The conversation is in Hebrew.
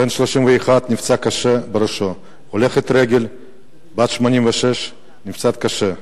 בן 31 נפצע קשה בראשו, הולכת רגל בת 86 נפצעת קשה,